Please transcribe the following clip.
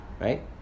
Right